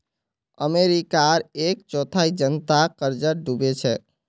अमेरिकार एक चौथाई जनता कर्जत डूबे छेक